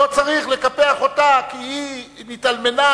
לא צריך לקפח אותה כי היא התאלמנה,